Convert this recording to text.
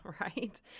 right